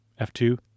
F2